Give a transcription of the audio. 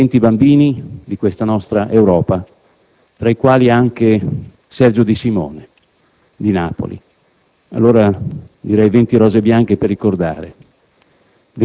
bambini di questa nostra Europa, tra i quali anche Sergio De Simone di Napoli. Allora, venti rose bianche per ricordare;